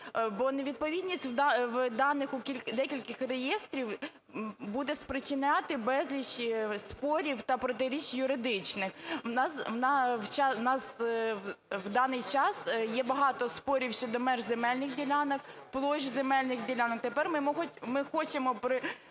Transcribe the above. бо невідповідність даних декількох реєстрів буде спричиняти безліч спорів та протиріч юридичних. В нас в даний час є багато спорів щодо меж земельних ділянок, площ земельних ділянок. Тепер ми хочемо примусити